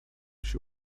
się